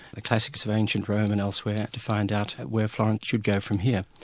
the classics of ancient rome and elsewhere to find out where florence should go from here.